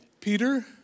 Peter